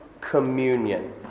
Communion